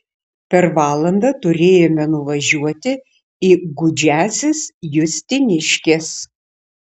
per valandą turėjome nuvažiuoti į gūdžiąsias justiniškes